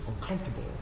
uncomfortable